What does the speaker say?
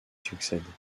succèdent